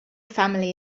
family